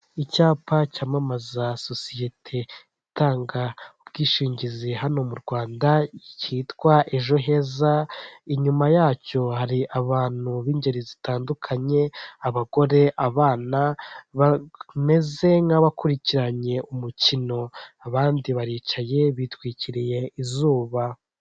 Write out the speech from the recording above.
Icyapa cyamamaza sosiyete itanga ubwishingizi hano mu Rwanda cyitwa ejo heza, inyuma yacyo hari abantu b'ingeri zitandukanye, abagore abana bameze nk'abakurikiranye umukino, abandi baricaye bitwikiriye izuba.